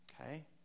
Okay